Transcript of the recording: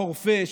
חורפיש,